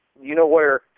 you-know-where